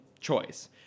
choice